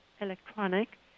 electronic